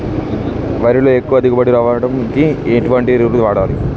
వరిలో ఎక్కువ దిగుబడి రావడానికి ఎటువంటి ఎరువులు వాడాలి?